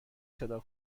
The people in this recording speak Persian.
صدا